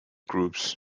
groups